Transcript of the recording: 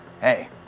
Hey